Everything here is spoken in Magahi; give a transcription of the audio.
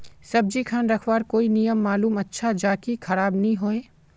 सब्जी खान रखवार कोई नियम मालूम अच्छा ज की खराब नि होय?